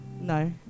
No